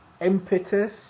impetus